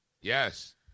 Yes